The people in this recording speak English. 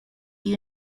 you